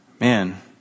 Man